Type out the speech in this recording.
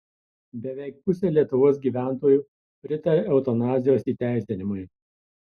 beveik pusė lietuvos gyventojų pritaria eutanazijos įteisinimui